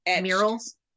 murals